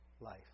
life